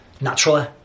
naturally